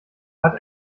hat